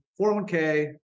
401k